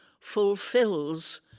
fulfills